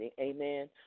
Amen